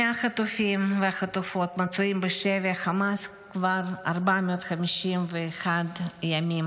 100 חטופים וחטופות נמצאים בשבי החמאס כבר 451 ימים.